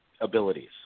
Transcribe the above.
abilities